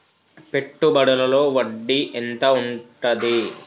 పెట్టుబడుల లో వడ్డీ ఎంత ఉంటది?